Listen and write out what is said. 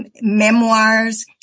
memoirs